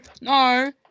no